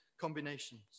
combinations